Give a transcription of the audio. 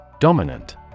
Dominant